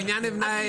הבניין נבנה עם היתר.